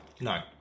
No